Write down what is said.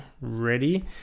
ready